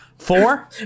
Four